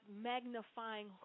magnifying